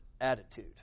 attitude